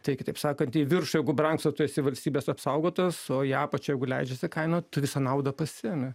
tai kitaip sakant į viršų jeigu brangs o tu esi valstybės apsaugotas o į apačią jeigu leidžiasi kaina tu visą naudą pasiimi